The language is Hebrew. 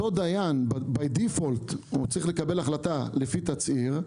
אותו דיין ביי דיפולט צריך לקבל החלטה לפי תצהיר.